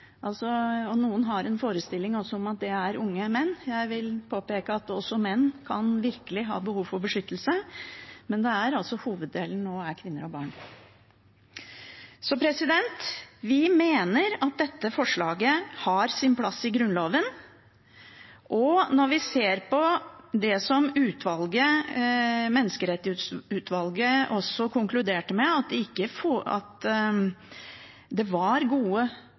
og noen har også en forestilling om at det er unge menn. Jeg vil påpeke at også menn virkelig kan ha behov for beskyttelse, men hoveddelen av asylsøkerne nå er altså kvinner og barn. Vi mener at dette forslaget har sin plass i Grunnloven. Også Menneskerettsutvalget konkluderte med at det var gode argumenter for å grunnlovfeste denne retten. Det